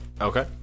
Okay